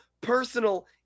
personal